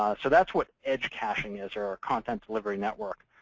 ah so that's what edge caching is, or a content delivery network.